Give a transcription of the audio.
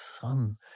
son